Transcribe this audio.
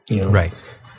right